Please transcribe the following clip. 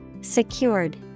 secured